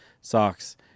socks